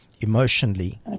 Emotionally